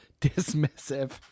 Dismissive